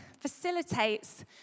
Facilitates